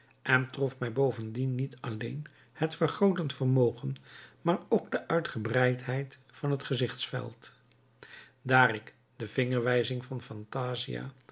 trof mij bovendien niet alleen het vergrootend vermogen maar ook de uitgebreidheid van het gezichtsveld daar ik de vingerwijzing van phantasia